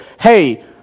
hey